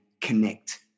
connect